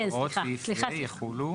הוראות סעיף זה יחולו?